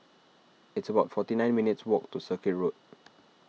it's about forty nine minutes' walk to Circuit Road